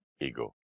ego